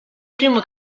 primo